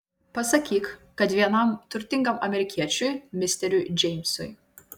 pasakyk kad vienam turtingam amerikiečiui misteriui džeimsui